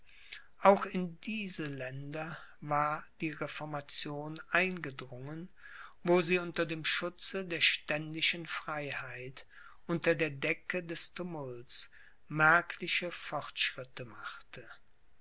auch in diese länder war die reformation eingedrungen wo sie unter dem schutze der ständischen freiheit unter der decke des tumults merkliche fortschritte machte